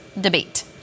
debate